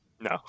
No